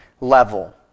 level